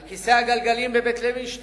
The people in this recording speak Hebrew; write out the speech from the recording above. על כיסא הגלגלים ב"בית לוינשטיין"